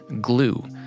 glue